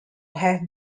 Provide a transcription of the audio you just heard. have